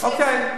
אוקיי,